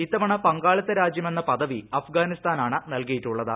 ഇത്തവൺ പങ്കാളിത്ത രാജ്യമെന്ന പദവി അഫ്ഗാനിസ്ഥാനാണ് നൽകിയിട്ടുളളത്